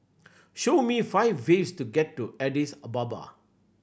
show me five ways to get to Addis Ababa